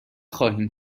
خواهیم